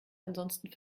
ansonsten